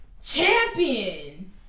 Champion